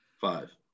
Five